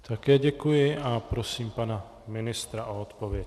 Také děkuji a prosím pana ministra o odpověď.